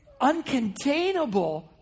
uncontainable